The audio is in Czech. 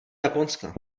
japonska